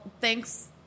thanks